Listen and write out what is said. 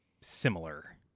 similar